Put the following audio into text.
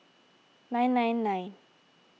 nine nine nine